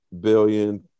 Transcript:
billion